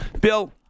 Bill